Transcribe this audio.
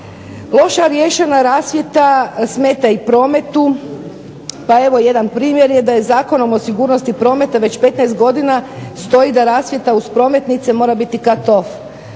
Loše riješena rasvjeta smeta i prometu, pa evo jedan primjer je da je Zakonom o sigurnosti prometa već 15 godina stoji da rasvjeta uz prometnice mora biti cut off.